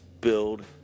build